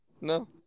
No